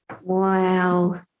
wow